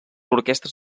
orquestres